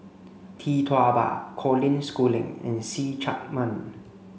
Tee Tua Ba Colin Schooling and See Chak Mun